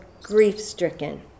grief-stricken